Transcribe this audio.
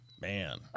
Man